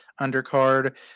undercard